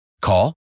Call